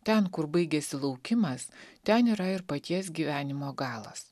ten kur baigiasi laukimas ten yra ir paties gyvenimo galas